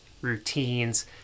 routines